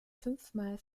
fünfmal